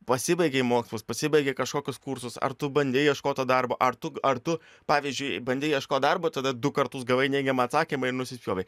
pasibaigei mokslus pasibaigei kažkokius kursus ar tu bandei ieškot to darbo ar tu ar tu pavyzdžiui bandei ieškot darbo tada du kartus gavai neigiamą atsakymą ir nusispjovei